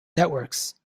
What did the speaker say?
networks